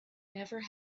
never